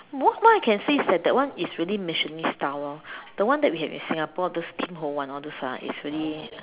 what what I can say is that that one is really Michelin star lor the one that we had in Singapore those Tim-Ho-Wan all those ah is really